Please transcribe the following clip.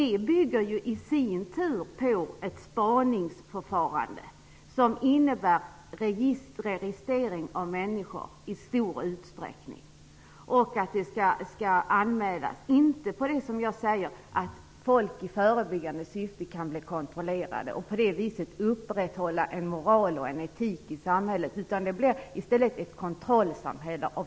Detta bygger i sin tur på ett spaningsförfarande som i stor utsträckning innebär anmälan och registrering av människor, inte på att människor kontrolleras i förebyggande syfte för upprätthållande av moral och etik i samhället. Vi får i stället i hög grad ett kontrollsamhälle.